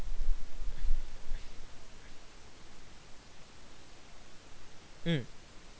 mm